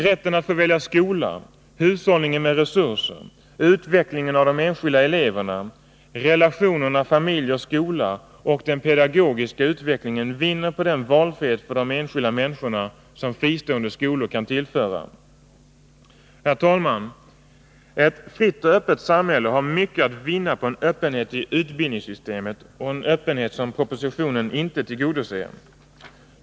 Rätten att få välja skola, hushållningen med resurser, utvecklingen av de enskilda eleverna, relationerna familj-skola och den pedagogiska utvecklingen vinner på den valfrihet för de enskilda människorna som fristående skolor kan tillföra. Herr talman! Ett fritt och öppet samhälle har mycket att vinna på en öppenhet i utbildningssystemet, ett önskemål som propositionen inte tillgodoser.